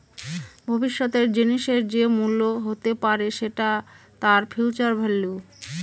ভবিষ্যতের জিনিসের যে মূল্য হতে পারে সেটা তার ফিউচার ভেল্যু